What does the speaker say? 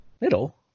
Middle